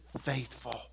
faithful